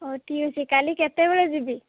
ହଉ ଠିକ୍ ଅଛି କାଲି କେତେବେଳେ ଯିବି